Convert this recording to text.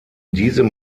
diesem